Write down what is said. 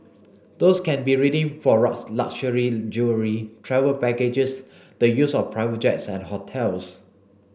those can be redeemed for luxury jewellery travel packages the use of private jets and hotels